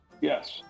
Yes